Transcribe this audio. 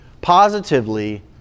positively